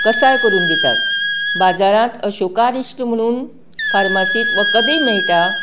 कसाय करून दितात बाजारात अशोका रिश्ट म्हणून फारमासीत वखदय मेळटा तें आयूर्वेधीक वखद आसता